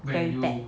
very bad